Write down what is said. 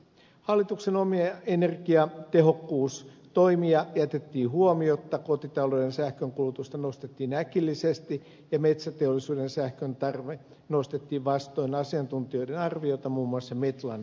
hallituksen omia energiatehokkuustoimia jätettiin huomiotta kotitalouksien sähkönkulutusta nostettiin äkillisesti ja metsäteollisuuden sähköntarve nostettiin vastoin asiantuntijoiden muun muassa metlan ar viota